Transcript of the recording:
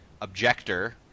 objector